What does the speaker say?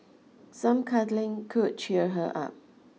some cuddling could cheer her up